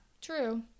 true